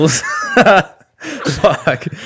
Fuck